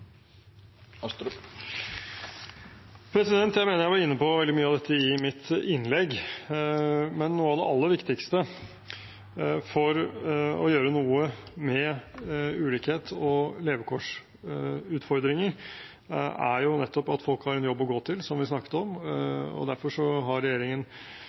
Jeg mener jeg var inne på veldig mye av dette i mitt innlegg, men noe av det aller viktigste for å gjøre noe med ulikhet og levekårsutfordringer er nettopp at folk har en jobb å gå til, som vi snakket om. Derfor har regjeringen